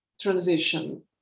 transition